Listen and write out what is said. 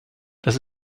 dass